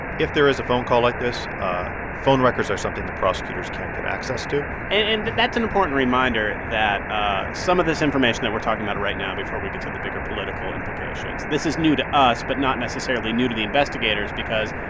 if there is a phone call like this, ah phone records are something that prosecutors can get access to and that's an important reminder, that ah some of this information that we're talking about right now before we get to the bigger political implications, this is new to us but not necessarily new to the investigators because,